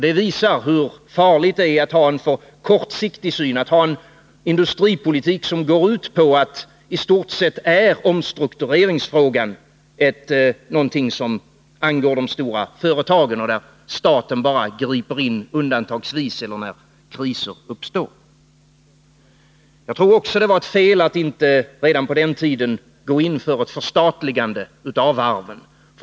Det visar hur farligt det är med kortsiktig planering och med en industripolitik som går ut på att omstruktureringsfrågan istort sett är någonting som bara angår de stora företagen — staten griper bara in undantagsvis eller när kriser uppstår. Jag tror också att det var fel att inte redan på den tiden gå in för ett förstatligande av varven.